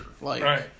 Right